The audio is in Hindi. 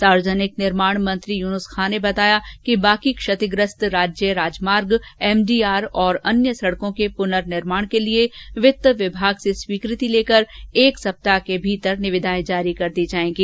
सार्वजनिक निर्माण मंत्री युनूस खान ने बताया कि बाकी क्षतिग्रस्त राज्य राजमार्ग एमडीआर और अन्य सड़कों के पुनर्निर्माण के लिए वित्त विभाग से स्वीकृति लेकर एक सप्ताह में निविदाएं जारी कर दी जाएंगी